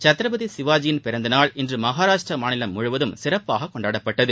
சத்ரபதி சிவாஜியின் பிறந்தநாள் இன்று மகாராஷ்டிர மாநிலம் முழுவதும் சிறப்பாக கொண்டாடப்பட்டது